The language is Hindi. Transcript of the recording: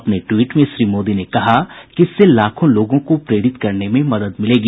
अपने ट्वीट में श्री मोदी ने कहा कि इससे लाखों लोगों को प्रेरित करने में मदद मिलेगी